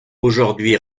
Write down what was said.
aujourd’hui